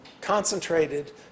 concentrated